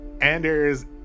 Anders